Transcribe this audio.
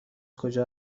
کجا